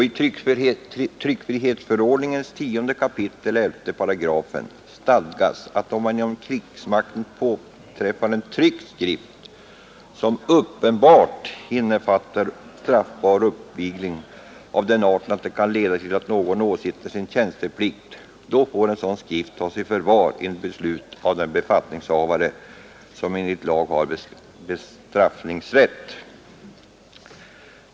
I tryckfrihetsförordningens 10 kap. 11 § stadgas att om det inom krigsmakten påträffas tryckt skrift som uppenbart innefattar straffbar uppvigling av den arten att den kan leda till att någon åsidosätter sin tjänsteplikt, får skriften tas i förvar enligt beslut av den befattningshavare som enligt lag har bestraffningsrätt.